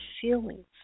feelings